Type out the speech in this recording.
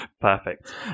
perfect